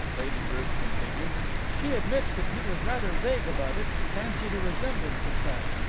lady ruth continued she admits that he was rather vague about it, fancied a resemblance, in fact.